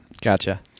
Gotcha